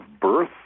birth